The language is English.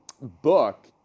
book